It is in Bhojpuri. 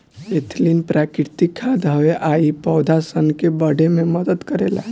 एथलीन प्राकृतिक खाद हवे आ इ पौधा सन के बढ़े में मदद करेला